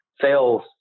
sales